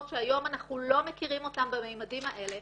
שהיום אנחנו לא מכירים אותן בממדים האלה,